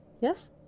Yes